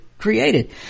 created